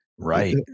Right